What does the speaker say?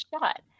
shot